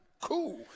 Cool